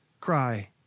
Cry